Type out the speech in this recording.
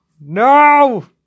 no